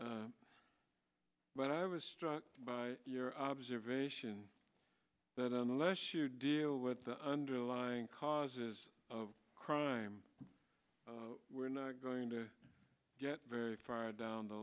but i was struck by your observation that unless you deal with the underlying causes of crime we're not going to get very far down the